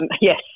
yes